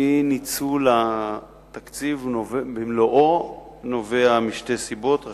אי-ניצול התקציב במלואו נובע משתי סיבות: האחת,